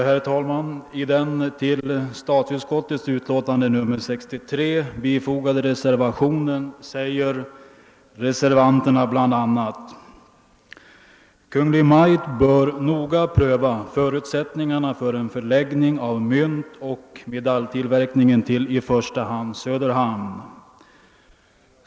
Herr talman! I den till statsutskottets utlåtande fogade reservationen 1 säger reservanterna bl.a. att Kungl. Maj:t bör noga pröva förutsättningarna för en förläggning av myntoch medaljtillverkningen till i första hand Söderhamn.